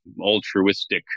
altruistic